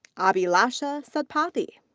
ah abhilasha satpathy.